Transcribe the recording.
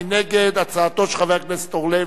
מי נגד הצעתו של חבר הכנסת אורלב?